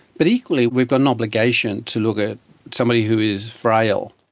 but equally we've got an obligation to look at somebody who is frail.